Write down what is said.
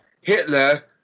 Hitler